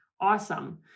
awesome